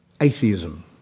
atheism